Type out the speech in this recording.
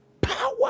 power